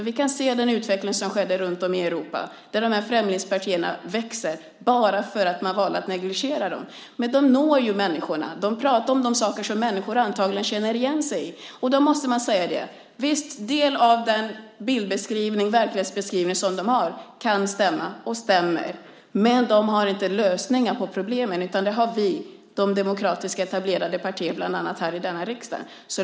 Vi kan se utvecklingen runtom i Europa där främlingspartierna växer därför att man valde att negligera dem. De når ju människor. De pratar om saker som människor antagligen känner igen sig i. En del av den verklighetsbeskrivning de har kan stämma och stämmer, men de har inte lösningar på problemen. Det har vi, de demokratiska etablerade partierna bland annat i denna riksdag.